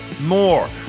more